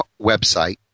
website